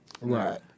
Right